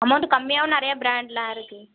amount கம்மியாகவும் நிறையா ப்ராண்ட்லாம் இருக்கு